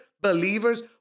believers